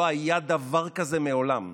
לא היה דבר כזה מעולם.